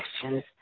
questions